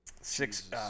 Six